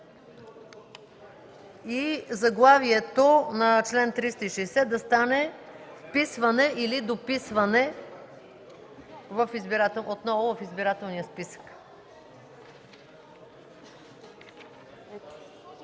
И заглавието на чл. 360 да стане: „Вписване или дописване отново в избирателния списък”.